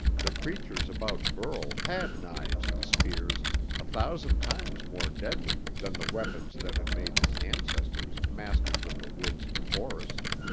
the creatures about burl had knives and spears a thousand times more deadly than the weapons that had made his ancestors masters of the woods and forests.